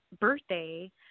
birthday